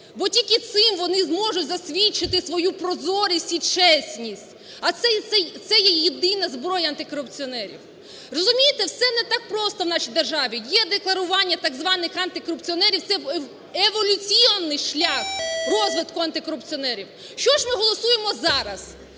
бо тільки цим вони можуть засвідчити свою прозорість і чесність, а це є єдина зброя антикорупціонерів. Розумієте, все не так просто в нашій державі. Е-декларування так званих "антикорупціонерів" – це еволюційний шлях розвитку анти корупціонерів. Що ж ми голосуємо зараз?